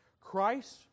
christ